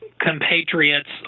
compatriots